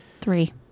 Three